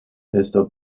esto